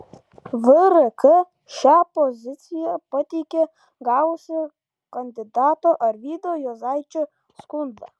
vrk šią poziciją pateikė gavusi kandidato arvydo juozaičio skundą